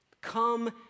Come